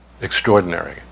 Extraordinary